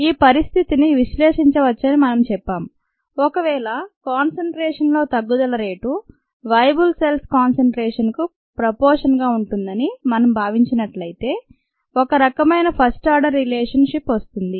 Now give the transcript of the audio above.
ఈ పరిస్థితిని విశ్లేషించవచ్చని మనం చెప్పాం ఒకవేళ "కాన్సెన్ట్రేషన్" లో తగ్గుదల రేటు "వేయబుల్ సెల్స్" కాన్సెన్ట్రేషన్ కు ప్రపోషన్ ఉంటుందని మనం భావించినట్లయితే ఒక రకమైన "ఫస్ట్ ఆర్డర్ రిలేషన్ షిప్"అది